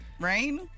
Rain